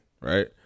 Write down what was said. right